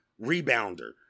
rebounder